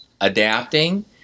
adapting